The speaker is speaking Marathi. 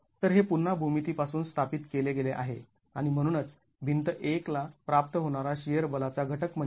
तर हे पुन्हा भूमिती पासून स्थापित केले गेले आहे आणि म्हणूनच भिंत १ ला प्राप्त होणारा शिअर बलाचा घटक म्हणजे